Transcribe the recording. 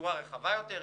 בצורה רחבה יותר,